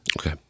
Okay